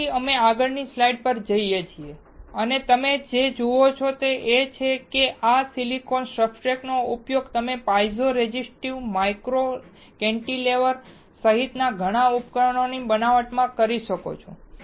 તેથી અમે આગળની સ્લાઇડ્સ પર જઈએ છીએ અને તમે જે જુઓ છો તે એ છે કે આ સિલિકોન સબસ્ટ્રેટનો ઉપયોગ કરીને તમે પાઇઝો રેઝિસ્ટિવ માઇક્રો કેન્ટિલેવર સહિતના ઘણા ઉપકરણોને બનાવટ કરી શકો છો